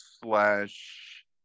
slash